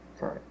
Right